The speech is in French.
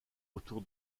autour